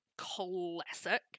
classic